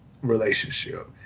relationship